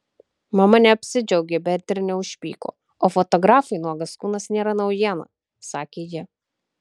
mama neapsidžiaugė bet ir neužpyko o fotografui nuogas kūnas nėra naujiena sakė ji